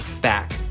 back